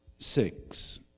Six